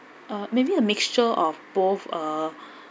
uh maybe a mixture of both uh